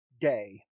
Day